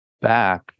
back